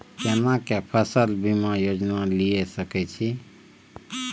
केना के फसल बीमा योजना लीए सके छी?